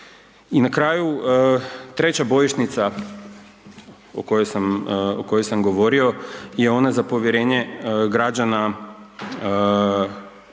I na kraju, treća bojišnica o kojoj sam, o kojoj sam govorio je ona za povjerenje građana